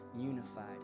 unified